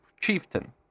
chieftain